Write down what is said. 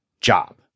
job